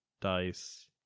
dice